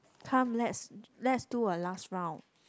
come let's let's do a last round